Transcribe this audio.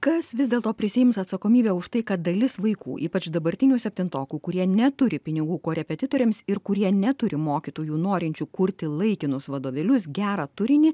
kas vis dėlto prisiims atsakomybę už tai kad dalis vaikų ypač dabartinių septintokų kurie neturi pinigų korepetitoriams ir kurie neturi mokytojų norinčių kurti laikinus vadovėlius gerą turinį